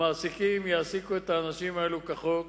המעסיקים יעסיקו את האנשים האלה כחוק